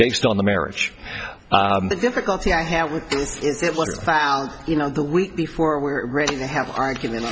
based on the marriage the difficulty i have found you know the week before we were ready to have arguments